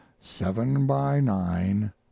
seven-by-nine